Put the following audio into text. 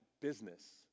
business